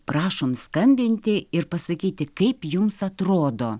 prašom skambinti ir pasakyti kaip jums atrodo